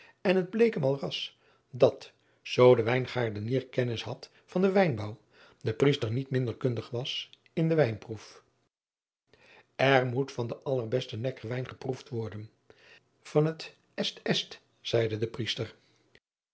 en het bleek hem al ras dat zoo de wijngaardenier kennis had van den wijnbouw de riester niet minder kundig was in de wijnproef r moet van den allerbesten ekkerwijn geproefd worden van het est est zeide de riester